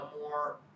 more